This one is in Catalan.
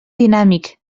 dinàmic